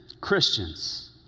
Christians